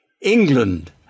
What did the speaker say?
England